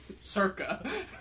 Circa